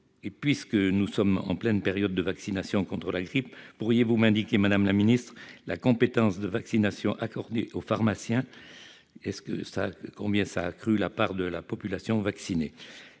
Et puisque nous sommes en pleine période de vaccination contre la grippe, pourriez-vous m'indiquer, madame la secrétaire d'État, si la compétence de vaccination accordée aux pharmaciens a accru la part de la population vaccinée ?